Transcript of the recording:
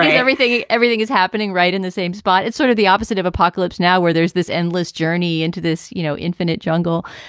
and everything everything is happening right in the same spot. it's sort of the opposite of apocalypse now, where there's this endless journey into this, you know, infinite jungle.